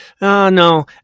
no